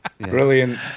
Brilliant